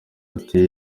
ati